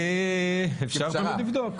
אפשר תמיד לבדוק.